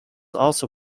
also